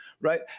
right